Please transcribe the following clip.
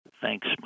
thanks